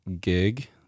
gig